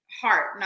heart